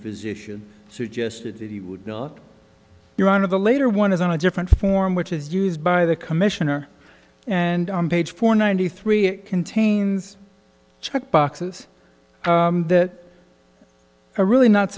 physician suggested that he would not your honor the later one is on a different form which is used by the commissioner and on page four ninety three it contains check boxes that are really not